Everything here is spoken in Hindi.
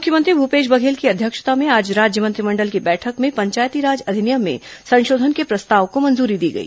मुख्यमंत्री भूपेश बघेल की अध्यक्षता में आज राज्य मंत्रिमंडल की बैठक में पंचायती राज अधिनियम में संशोधन के प्रस्ताव को मंजूरी दी गई